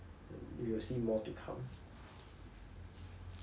and we will see more to come